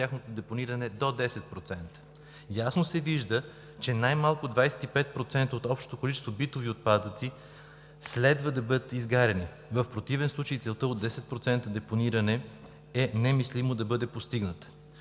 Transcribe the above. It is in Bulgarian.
тяхното депониране до 10%. Ясно се вижда, че най-малко 25% от общото количество битови отпадъци следва да бъдат изгаряни. В противен случай целта от 10% депониране е немислимо да бъде постигната.